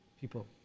people